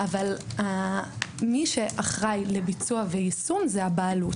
אבל מי שאחראי לביצוע ויישום זו הבעלות.